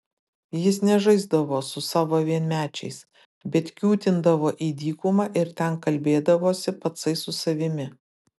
jis nežaisdavo su savo vienmečiais bet kiūtindavo į dykumą ir ten kalbėdavosi patsai su savimi